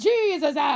Jesus